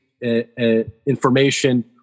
information